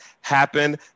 happen